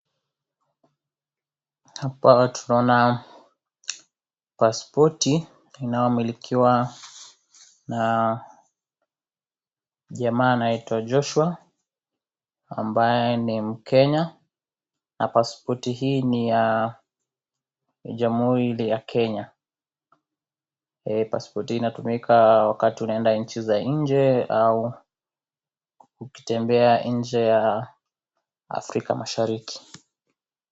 Hapa tunaona pasipoti inayomilikiwa na jamaa anayeitwa Joshua ambaye ni mkenya na pasipoti hii ni ya jamhuri ile ya Kenya, pasipoti hii inatumika wakati unaenda nchi za nje au ukitembea nje ya Afrika mashariki.